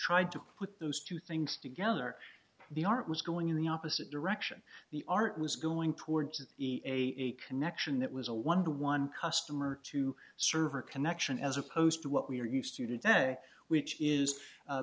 tried to put those two things together the art was going in the opposite direction the art was going toward to be a connection that was a one to one customer to server connection as opposed to what we're used to today which is